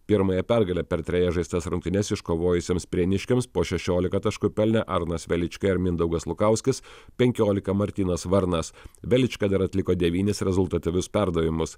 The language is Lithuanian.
pirmąją pergalę per trejas žaistas rungtynes iškovojusiems prieniškiams po šešiolika taškų pelnė arnas velička ir mindaugas lukauskis penkiolika martynas varnas velička dar atliko devynis rezultatyvius perdavimus